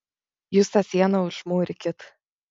jūs tą sieną užmūrykit